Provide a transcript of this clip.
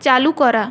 চালু করা